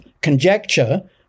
conjecture